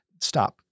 Stop